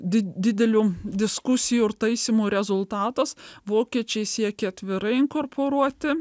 di didelių diskusijų ir taisymų rezultatas vokiečiai siekė atvirai inkorporuoti